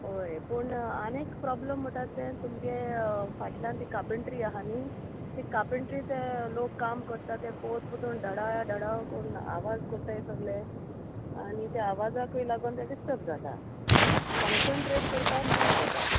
ओय पूण आनी एक प्रोब्लम म्हणटा तें तुमगे फाटल्यान ती कार्पेंट्री आहा न्ही ती कार्पेंट्री ते लोक काम करता ते पोत पोतून धडाव धडाव कोन्न आवाज कोत्ताय सोगले आनी ते आवाजाकूय लागोन ते डिस्टर्ब जाता कॉन्सन्ट्रेट कोरपा मेळना तेका